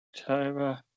October